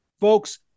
folks